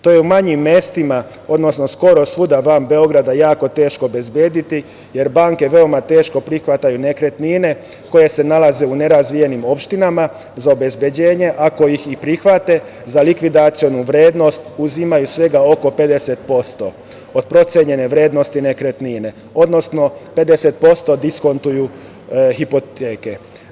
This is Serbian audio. To je u manjim mestima, odnosno skoro svuda van Beograda jako teško obezbediti, jer banke veoma teško prihvataju nekretnine koje se nalaze u nerazvijenim opštinama za obezbeđenje, ako ih i prihvate, za likvidacionu vrednost uzimaju svega oko 50% od procenjene vrednosti nekretnine, odnosno 50% diskontuju hipoteke.